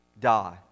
die